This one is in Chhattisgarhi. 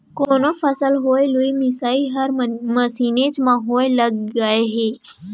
कोनो फसल होय लुवई मिसई हर मसीनेच म होय लग गय हे